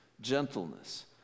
gentleness